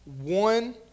one